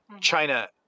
China